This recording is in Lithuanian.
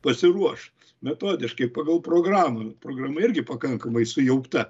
pasiruoš metodiškai pagal programą programa irgi pakankamai sujaukta